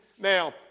Now